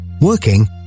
Working